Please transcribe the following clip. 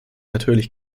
natürlich